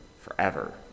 forever